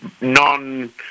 non